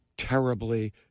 terribly